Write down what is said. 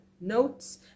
notes